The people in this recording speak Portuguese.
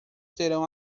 terão